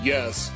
Yes